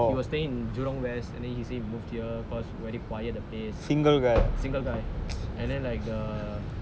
he was staying in jurong west and then he say he moved here because very quiet the place single guy and then like the